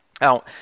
Now